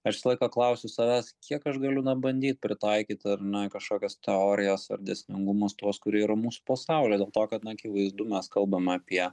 aš visą laiką klausiu savęs kiek aš galiu na bandyt pritaikyt ar ne kažkokias teorijas ar dėsningumus tuos kurie yra mūsų pasauly dėl to kad na akivaizdu mes kalbam apie